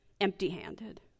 Empty-handed